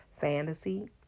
fantasy